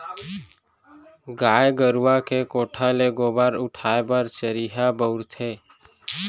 गाय गरूवा के कोठा ले गोबर उठाय बर चरिहा बउरथे